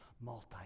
multi